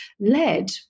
led